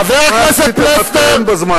חבר הכנסת פלסנר,